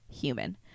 human